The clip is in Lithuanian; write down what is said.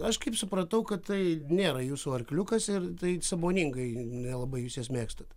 aš kaip supratau kad tai nėra jūsų arkliukas ir tai sąmoningai nelabai jūs jas mėgstat